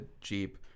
jeep